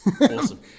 awesome